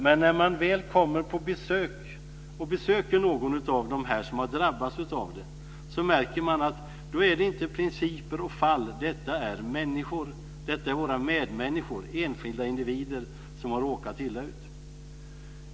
Men när man väl besöker någon av dem som har drabbats av detta märker man att det inte är principer och fall. Detta är människor. Detta är våra medmänniskor, enskilda individer, som har råkat illa ut.